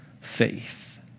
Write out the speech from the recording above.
faith